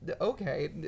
okay